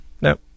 No